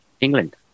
England